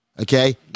Okay